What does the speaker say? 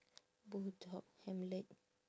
bulldog hamlet